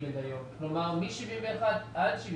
כלומר מ-71 עד 76,